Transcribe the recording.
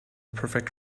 perfect